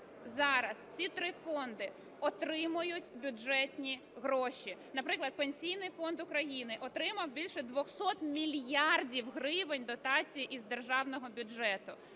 Зараз ці три фонди отримують бюджетні гроші. Наприклад, Пенсійний фонд України отримав більше 200 мільярдів гривень дотацій з державного бюджету.